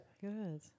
Good